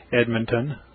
Edmonton